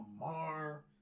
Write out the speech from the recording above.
Lamar